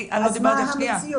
צימרמן,